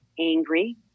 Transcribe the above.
angry